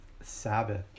sabbath